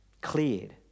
cleared